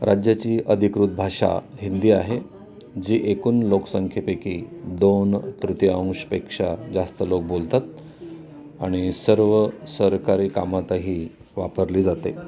राज्याची अधिकृत भाषा हिंदी आहे जी एकूण लोकसंख्येपैकी दोन तृतीयांशपेक्षा जास्त लोक बोलतात आणि सर्व सरकारी कामातही वापरली जाते